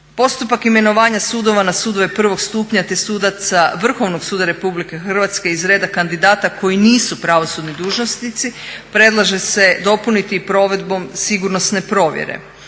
Postupak imenovanja sudova na sudove prvog stupnja te sudaca Vrhovnog suda RH iz reda kandidata koji nisu pravosudni dužnosnici predlaže se dopuniti provedbom sigurnosne provjere